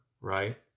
right